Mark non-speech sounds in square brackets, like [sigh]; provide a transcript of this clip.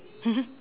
[laughs]